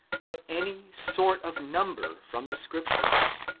but any sort of number from the scriptures,